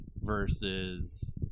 versus